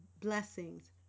blessings